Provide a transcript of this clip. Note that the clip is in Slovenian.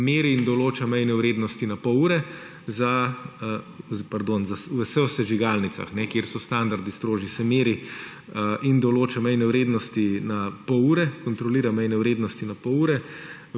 meri in določa mejne vrednosti na pol ure – pardon, v sežigalnicah –, kjer so standardi strožji, se meri in določa mejne vrednosti na pol ure, kontrolira mejne vrednosti na pol ure,